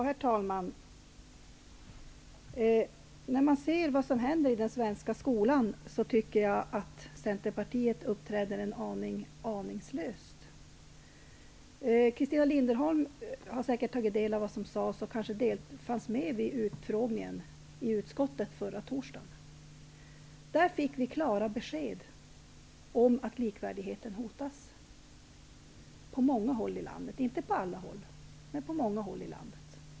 Herr talman! När jag ser vad som händer i den svenska skolan tycker jag att Centerpartiet uppträder något aningslöst. Christina Linderholm fanns kanske med vid utfrågningen i utbildningsutskottet förra torsdagen och har säkert tagit del av vad som sades. Där fick vi klara besked om att likvärdigheten hotas; inte överallt, men på många håll i landet.